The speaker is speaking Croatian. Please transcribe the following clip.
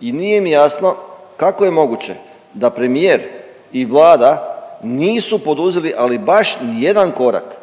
i nije mi jasno kako je moguće da premijer i Vlada nisu poduzeli ali baš ni jedan korak,